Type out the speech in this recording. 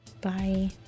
bye